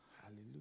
Hallelujah